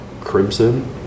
Crimson